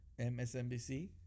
MSNBC